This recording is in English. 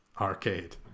arcade